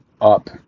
up